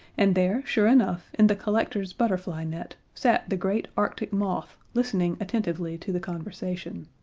and there, sure enough, in the collector's butterfly net sat the great arctic moth, listening attentively to the conversation.